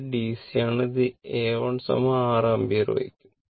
ഇത് r DC ആണ് ഇത് A1 6 ആമ്പിയർ വായിക്കും